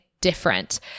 different